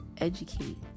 educate